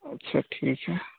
अच्छा ठीक है